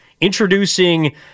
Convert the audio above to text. introducing